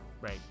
right